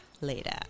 later